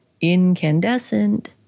incandescent